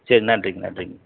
சரி நன்றிங்க நன்றிங்க